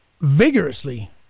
vigorously